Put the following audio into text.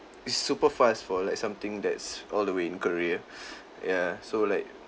is super fast for like something that's all the way in korea ya so like